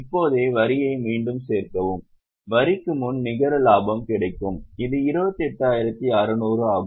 இப்போதே வரியை மீண்டும் சேர்க்கவும் வரிக்கு முன் நிகர லாபம் கிடைக்கும் இது 28600 ஆகும்